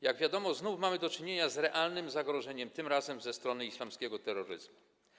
Jak wiadomo, znów mamy do czynienia z realnym zagrożeniem, tym razem ze strony islamskiego terroryzmu.